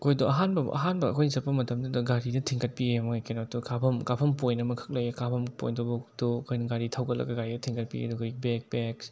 ꯑꯩꯈꯣꯏꯗꯣ ꯑꯍꯥꯟꯕ ꯑꯍꯥꯟꯕ ꯑꯩꯈꯣꯏꯅ ꯆꯠꯄ ꯃꯇꯝꯗꯨꯗ ꯒꯥꯔꯤꯅ ꯊꯤꯟꯀꯠꯄꯤꯑꯦ ꯃꯣꯏ ꯀꯩꯅꯣ ꯀꯥꯐꯝ ꯀꯥꯐꯝ ꯄꯣꯏꯟ ꯑꯃꯈꯛ ꯂꯩꯌꯦ ꯀꯥꯐꯝ ꯄꯣꯏꯟꯇꯨꯐꯥꯎꯕꯗꯨ ꯑꯩꯈꯣꯏꯅ ꯒꯥꯔꯤ ꯊꯧꯒꯠꯂꯒ ꯒꯥꯔꯤꯗ ꯊꯤꯟꯒꯠꯄꯤꯌꯦ ꯑꯗꯨꯒ ꯕꯦꯛ ꯄꯦꯛꯁ